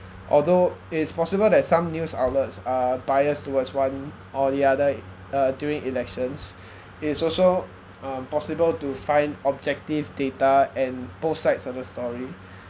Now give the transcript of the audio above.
although it's possible that some news outlets are biased towards one or the other uh during elections it's also um possible to find objective data and both sides of the story